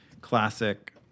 classic